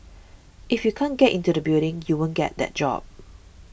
if you can't get into the building you won't get that job